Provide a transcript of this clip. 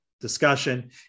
discussion